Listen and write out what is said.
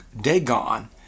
Dagon